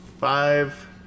Five